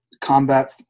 combat